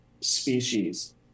species